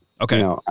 Okay